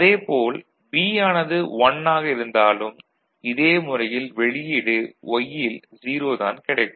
அதே போல் B ஆனது 1 ஆக இருந்தாலும் இதே முறையில் வெளியீடு Y ல் 0 தான் கிடைக்கும்